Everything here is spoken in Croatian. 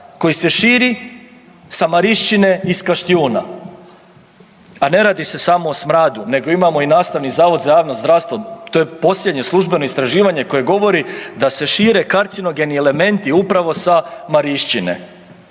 koji se širi sa Marišćine i s Kaštijuna. A ne radi se samo o smradu nego imamo i Nastavni zavod za javno zdravstvo, to je posljednje službeno istraživanje koje govori da se šire karcinogeni elementi upravo sa Marišćine.